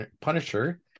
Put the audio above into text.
Punisher